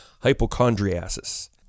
hypochondriasis